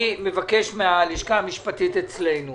מבקש מהלשכה המשפטית אצלנו